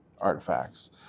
artifacts